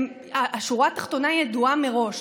השורה התחתונה ידועה מראש.